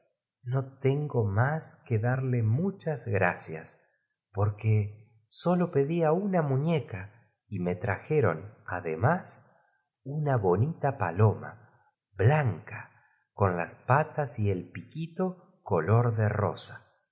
no tengo más que darle muchas gracias porque sólo pe di a una mu ñeca y me trajeron ademá s una bonita paloma blanca con las patas y el piquito color do rosa